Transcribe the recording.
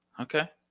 Okay